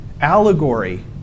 allegory